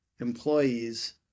employees